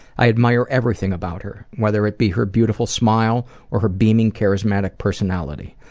i admire everything about her, whether it be her beautiful smile or her beaming, charismatic personality.